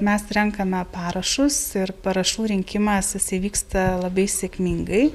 mes renkame parašus ir parašų rinkimas jisai vyksta labai sėkmingai